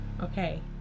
Okay